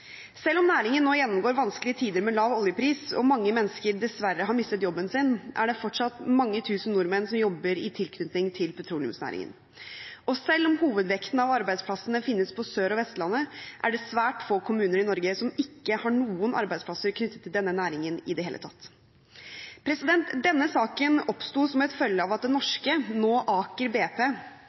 Selv om næringen nå gjennomgår vanskelige tider med lav oljepris, og mange mennesker dessverre har mistet jobben sin, er det fortsatt mange tusen nordmenn som jobber i tilknytning til petroleumsnæringen. Og selv om hovedvekten av arbeidsplassene finnes på Sør- og Vestlandet, er det svært få kommuner i Norge som ikke har noen arbeidsplasser knyttet til denne næringen i det hele tatt. Denne saken oppsto som følge av at Det norske, nå Aker BP